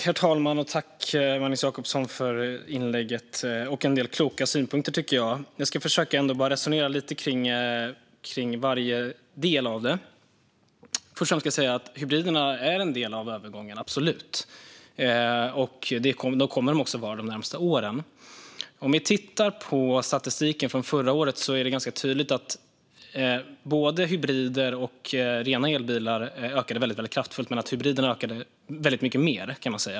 Herr talman! Tack, Magnus Jacobsson, för inlägget och för en del kloka synpunkter! Jag ska försöka resonera lite kring varje del av detta. Först och främst ska jag säga att hybriderna är en del av övergången. Det kommer de också att vara de närmaste åren. I statistiken från förra året ser vi ganska tydligt att både hybrider och rena elbilar har ökat kraftfullt men att hybriderna har ökat väldigt mycket mer.